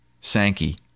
sankey